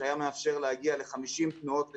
שהיה מאפשר להגיע ל-50 תנועות לשעה,